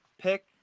pick